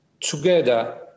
together